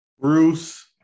Bruce